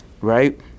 Right